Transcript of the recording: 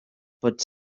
pot